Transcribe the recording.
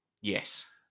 Yes